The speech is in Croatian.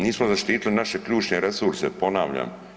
Nismo zaštitili naše ključne resurse, ponavljam.